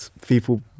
people